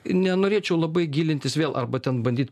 nenorėčiau labai gilintis vėl arba ten bandyt